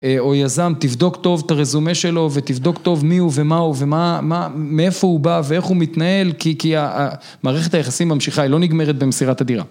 או יזם, תבדוק טוב את הרזומה שלו ותבדוק טוב מי הוא ומה הוא ומה, מאיפה הוא בא ואיך הוא מתנהל כי מערכת היחסים ממשיכה היא לא נגמרת במסירת הדירה.